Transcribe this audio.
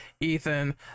ethan